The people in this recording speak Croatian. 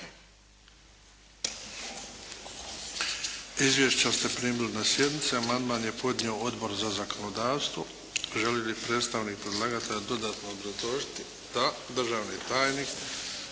Izvješća ste primili na sjednice. Amandman je podnio Odbor za zakonodavstvo. Želi li predstavnik predlagatelja dodatno obrazložiti? Da. Državni tajnik